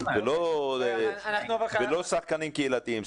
זה לא שחקנים קהילתיים.